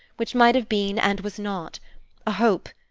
which might have been and was not a hope,